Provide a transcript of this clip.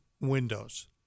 windows